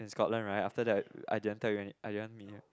in Scotland right after that I didn't tell you I didn't meet you